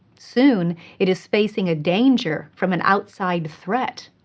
soon it is facing ah danger from an outside threat.